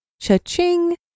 Cha-ching